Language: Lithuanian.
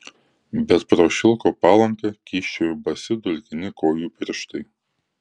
bet pro šilko palanką kyščiojo basi dulkini kojų pirštai